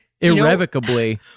irrevocably